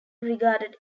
regarded